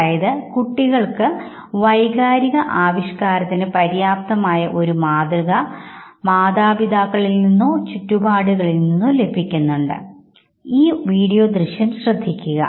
അതായത് കുട്ടികൾ ക്ക് വൈകാരിക ആവിഷ്കാരത്തിന്പര്യാപ്തമായ ഒരു ഒരു മാതൃക അ മാതാപിതാക്കളിൽ നിന്നോ ചുറ്റുപാടുകളിൽ നിന്നോ ലഭിക്കുന്നുണ്ട് ഈ വീഡിയോ ദൃശ്യം ശ്രദ്ധിക്കുക